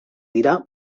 dira